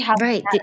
Right